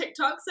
TikToks